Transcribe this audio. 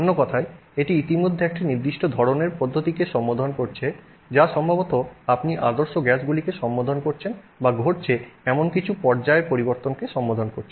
অন্য কথায় এটি ইতিমধ্যে একটি নির্দিষ্ট ধরণের পদ্ধতিকে সম্বোধন করছে যা সম্ভবত আপনি আদর্শ গ্যাসগুলিকে সম্বোধন করছেন বা ঘটছে এমন কিছু পর্যায়ের পরিবর্তনকে সম্বোধন করছেন